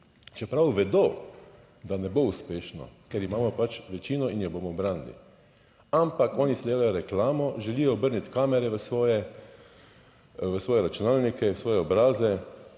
čeprav vedo, da ne bo uspešno, ker imamo pač večino in jo bomo branili. Ampak oni si delajo reklamo, želijo obrniti kamere v svoje, v svoje računalnike, v svoje obraze